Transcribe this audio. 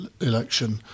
election